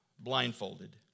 Blindfolded